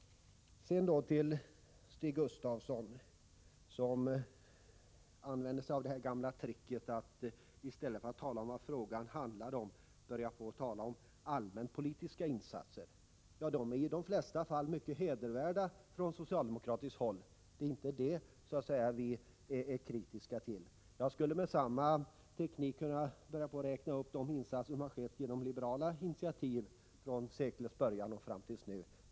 Så till Stig Gustafsson, som använder det gamla tricket att i stället för att gå in på vad frågan handlar om börja tala om allmänpolitiska insatser. De insatser som gjorts på olika områden från socialdemokratiskt håll är i de flesta fall mycket hedervärda. Det är inte detta vi är kritiska mot. Jag skulle med samma teknik kunna räkna upp de insatser som gjorts genom liberala initiativ från seklets början och fram till i dag.